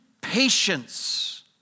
patience